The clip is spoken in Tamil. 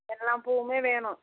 எல்லாம் பூவுமே வேணும்